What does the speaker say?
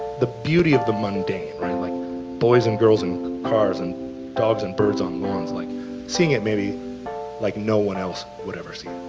the beauty of the mundane. boys and girls in cars and dogs and birds on lawns. like seeing it like maybe like no one else would ever see